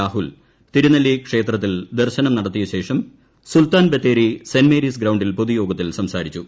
രാഹുൽ തിരുനെല്ലി ക്ഷേത്രത്തിൽ ദർശനം നടത്തിയശേഷം സുൽത്താൻബത്തേരി സ്പെന്റ് മേരീസ് ഗ്രൌണ്ടിൽ പൊതുയോഗത്തിൽ സംസാരിച്ചു